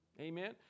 Amen